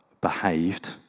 behaved